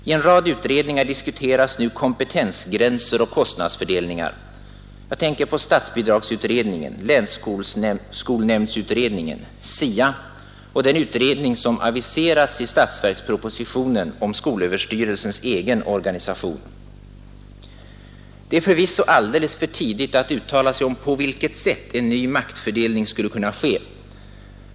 I en rad utredningar diskuteras nu kompetensgränser och kostnadsfördelningar. Jag tänker på statsbidragsutredningen, länsskolnämndsutredningen, SIA och den utredning som aviserats i statsverkspropositionen om skolöverstyrelsens egen organisation. Det är förvisso alldeles för tidigt att uttala sig om på vilket sätt en ny maktfördelning skulle kunna ske.